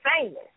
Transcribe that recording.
famous